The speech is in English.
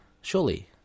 Surely